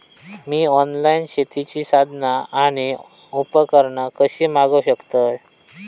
मी online शेतीची साधना आणि उपकरणा कशी मागव शकतय?